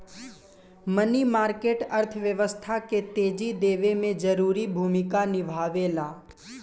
मनी market अर्थव्यवस्था के तेजी देवे में जरूरी भूमिका निभावेला